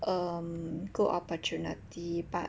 um good opportunity but